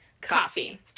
Coffee